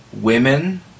women